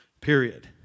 Period